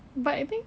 but I think